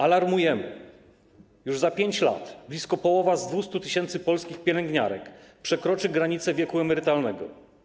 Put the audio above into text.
Alarmujemy, że już za 5 lat blisko połowa z 200 tys. polskich pielęgniarek przekroczy granicę wieku emerytalnego.